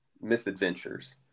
misadventures